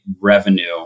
revenue